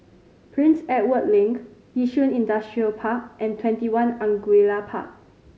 Prince Edward Link Yishun Industrial Park and TwentyOne Angullia Park